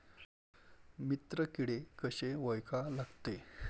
मित्र किडे कशे ओळखा लागते?